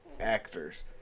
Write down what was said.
actors